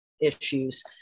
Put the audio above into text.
issues